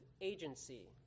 agency